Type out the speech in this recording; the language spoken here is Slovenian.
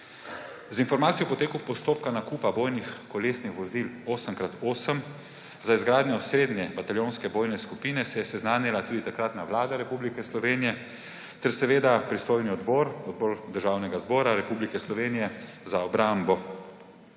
Z informacijo o poteku postopka nakupa bojnih kolesnih vozil 8x8 za izgradnjo srednje bataljonske bojne skupine se je seznanila tudi takratna Vlada Republike Slovenije ter seveda pristojni odbor – Odbor Državnega zbora Republike Slovenije za obrambo.